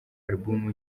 album